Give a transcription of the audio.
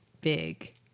big